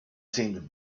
seemed